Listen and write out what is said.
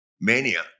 mania